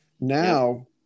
Now